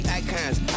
icons